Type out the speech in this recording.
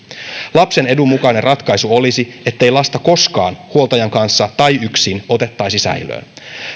lapsen edun mukainen ratkaisu olisi ettei lasta koskaan huoltajan kanssa tai yksin otettaisi säilöön